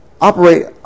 Operate